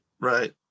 right